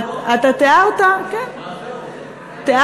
אתה תיארת את הסמכויות,